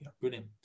brilliant